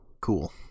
cool